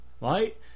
right